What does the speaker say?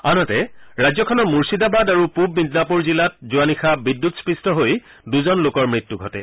আনহাতে ৰাজ্যখনৰ মুৰ্থিদাবাদ আৰু পূব মিডনাপুৰ জিলাত যোৱা নিশা বিদ্যুৎস্পৃষ্ট হৈ দুজন লোকৰ মৃত্যু ঘটে